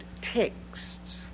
texts